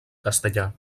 castellà